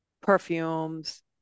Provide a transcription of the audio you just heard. perfumes